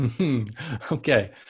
Okay